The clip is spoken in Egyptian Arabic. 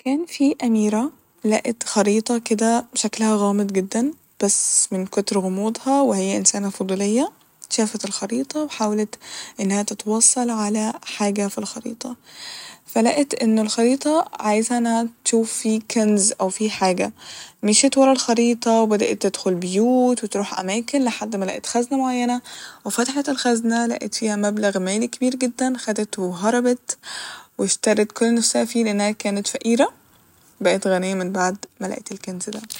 كان في أميرة لقت خريطة كده شكلها غامض جدا بس من كتر غموضها وهي انسانة فضولية ، شافت الخريطة وحاولت انها تتوصل على حاجة ف الخريطة فلقت إن الخريطة عايزه إنها تشوف في كنز أو في حاجة مشت ورا الخريطة وبدأت تدخل بيوت وتروح أماكن لحد ما لقت خزنة معينة وفتحت الخزنة لقت فيها مبلغ مالي كبير جدا خدته وهربت واشترت كل اللي نفسها فيه لإنها كانت فقيرة بقت غنية من بعد ما لقت الكنز ده